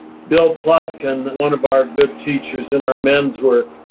bill plotkin, one of our good teachers in our men's work,